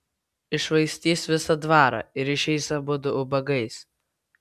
iššvaistys visą dvarą ir išeis abudu ubagais